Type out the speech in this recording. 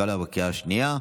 התקבלה בקריאה השנייה.